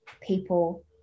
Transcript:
people